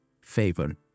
favor